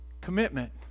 Commitment